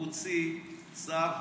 הוא הוציא צו